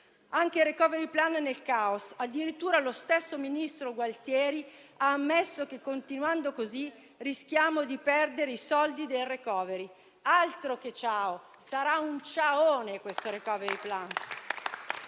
Anche il *recovery plan* è nel caos e addirittura lo stesso ministro Gualtieri ha ammesso che, continuando così, rischiamo di perdere i soldi del *recovery*. Altro che CIAO: questo *recovery plan*